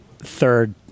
third